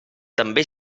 també